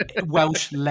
welsh